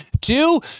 two